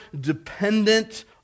dependent